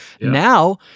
Now